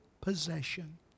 possession